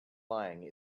lying